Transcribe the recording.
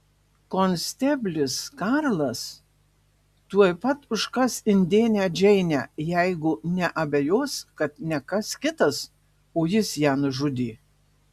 konsteblis karlas tuoj pat užkas indėnę džeinę jeigu neabejos kad ne kas kitas o jis ją nužudė